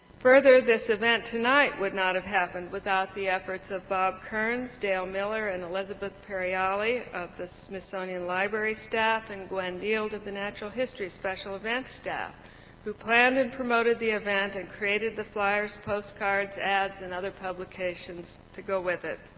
further this event tonight would not have happened without the efforts of bob kearns, dale miller and elizabeth perry-ally of the smithsonian library staff and gwen deal at the natural history special event staff who planned and promoted the event and created the flyers, postcards, ads and other publications to go with it.